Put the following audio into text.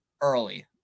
early